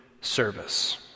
service